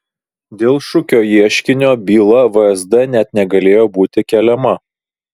dėl šukio ieškinio byla vsd net negalėjo būti keliama